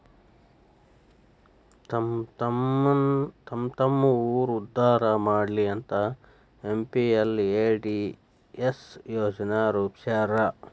ತಮ್ಮ್ತಮ್ಮ ಊರ್ ಉದ್ದಾರಾ ಮಾಡ್ಲಿ ಅಂತ ಎಂ.ಪಿ.ಎಲ್.ಎ.ಡಿ.ಎಸ್ ಯೋಜನಾ ರೂಪ್ಸ್ಯಾರ